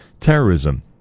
terrorism